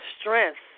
strength